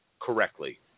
correctly